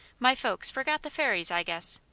my folks forgot the fairies, i guess.